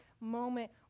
moment